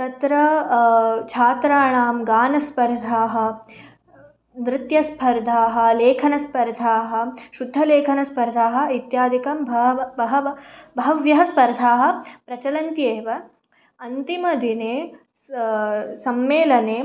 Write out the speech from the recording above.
तत्र छात्राणां गानस्पर्धाः नृत्यस्पर्धाः लेखनस्पर्धाः शुद्धलेखनस्पर्धाः इत्यादिकं भाव बहवः बहव्यः स्पर्धाः प्रचलन्ति एव अन्तिमदिने स् सम्मेलने